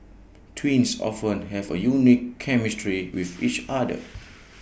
twins often have A unique chemistry with each other